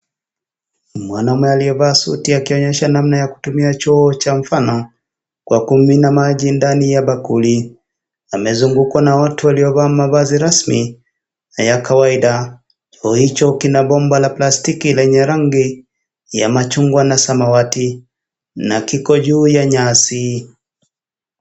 Mwanamke aliyevaa suti akionyesha namna ya kutumia choo cha mfano Kwa kumimina maji ndani ya bakuli , amezungukwa na watu waliovaa mavazi rasmi na ya kawaida. Choo hicho kina bomba la plastiki lenye rangi ya machungwa na samawati na kiko juu ya nyasi.